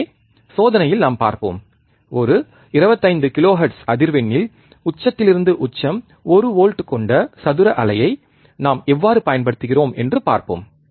எனவே சோதனையில் நாம் பார்ப்போம் ஒரு 25 கிலோஹெர்ட்ஸ் அதிர்வெண்ணில் உச்சத்திலிருந்து உச்சம் ஒரு வோல்ட் கொண்ட சதுர அலையை நாம் எவ்வாறு பயன்படுத்துகிறோம் என்று பார்ப்போம்